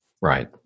Right